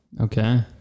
Okay